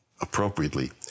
appropriately